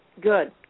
Good